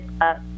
up